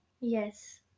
Yes